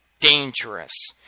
dangerous